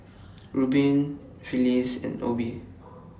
Rubin Phyllis and Obe